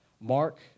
Mark